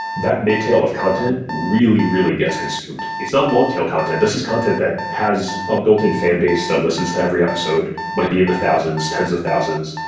that mid-tail of content really, really gets consumed. it's not long-tail content. this is content that has a built-in fan base that listens to every episode. it might be in the thousands, tens of thousands.